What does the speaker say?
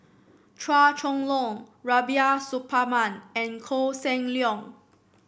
Chua Chong Long Rubiah Suparman and Koh Seng Leong